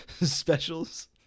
specials